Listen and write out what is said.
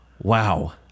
Wow